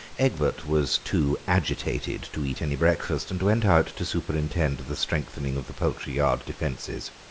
egbert was too agitated to eat any breakfast, and went out to superintend the strengthening of the poultry yard defences.